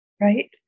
right